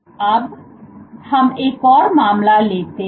अब हम एक और मामला लेते हैं